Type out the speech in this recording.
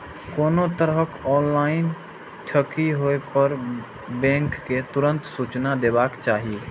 कोनो तरहक ऑनलाइन ठगी होय पर बैंक कें तुरंत सूचना देबाक चाही